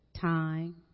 time